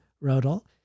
Rodel